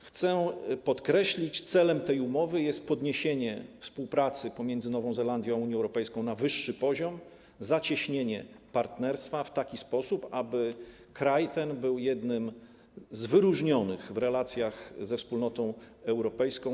Chcę podkreślić, że celem tej umowy jest podniesienie współpracy między Nową Zelandią a Unią Europejską na wyższy poziom, zacieśnienie partnerstwa w taki sposób, aby kraj ten był jednym z wyróżnionych w relacjach ze Wspólnotą Europejską.